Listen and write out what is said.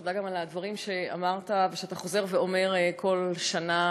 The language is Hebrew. תודה גם על הדברים שאמרת ושאתה חוזר ואומר כל שנה,